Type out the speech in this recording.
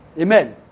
Amen